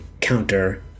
counter